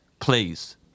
Please